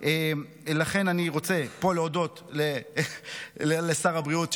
לכן אני רוצה להודות פה לשר הבריאות,